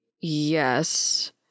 Yes